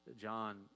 John